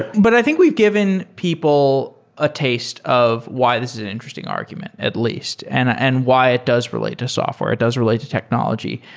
but i think we've given people a taste of why this is an interesting argument, at least, and ah and why it does relate to software, it does relate to technology,